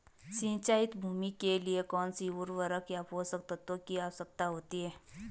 सिंचित भूमि के लिए कौन सी उर्वरक व पोषक तत्वों की आवश्यकता होती है?